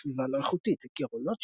סביבה לא איכותית // גירעונות,